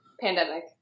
Pandemic